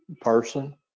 Person